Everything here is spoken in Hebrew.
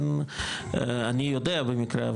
אני יודע במקרה,